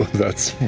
that's